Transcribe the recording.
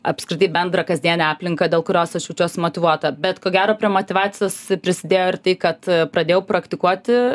apskritai bendrą kasdienę aplinką dėl kurios aš jaučiuosi motyvuota bet ko gero prie motyvacijos prisidėjo ir tai kad pradėjau praktikuoti